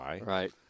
Right